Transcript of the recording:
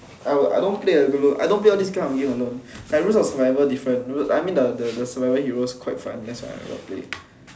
I will I don't play a good look I don't play all these game alone like based on survival different I mean the the the survival heroes quite fun that's why I will play